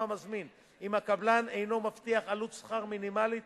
המזמין עם הקבלן אינו מבטיח עלות שכר מינימלית